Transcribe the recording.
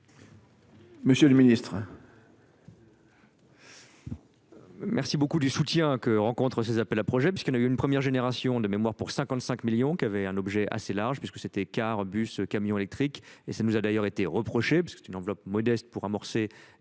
Monsieur le ministre,